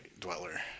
dweller